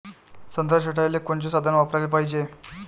संत्रा छटाईले कोनचे साधन वापराले पाहिजे?